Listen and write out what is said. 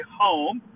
home